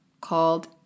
called